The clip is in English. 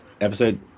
episode